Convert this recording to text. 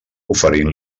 oferint